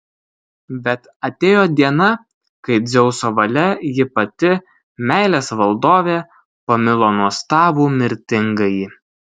bet atėjo diena kai dzeuso valia ji pati meilės valdovė pamilo nuostabų mirtingąjį